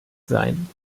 sein